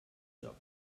jocs